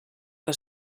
que